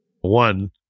one